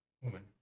Woman